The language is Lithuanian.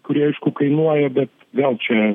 kuri aišku kainuoja bet vėl čia